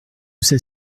sais